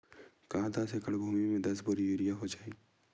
का दस एकड़ भुमि में दस बोरी यूरिया हो जाही?